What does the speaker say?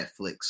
Netflix